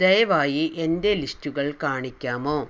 ദയവായി എൻ്റെ ലിസ്റ്റുകൾ കാണിക്കാമോ